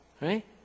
Right